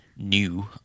new